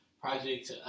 project